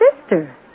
sister